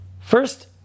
First